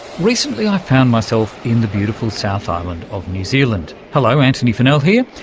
recently i found myself in the beautiful south island of new zealand. hello, antony funnell here,